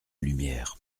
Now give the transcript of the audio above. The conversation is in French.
lumière